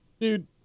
dude